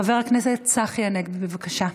חבר הכנסת צחי הנגבי, בבקשה.